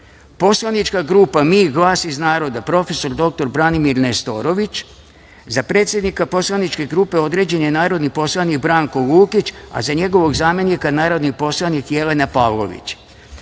Poslanička grupa MI GLAS IZ NARODA - prof. dr Branimir Nestorović. Za predsednika poslaničke grupe određen je narodni poslanik Branko Lukić, a za njegovog zamenika narodni poslanik Jelena Pavlović;-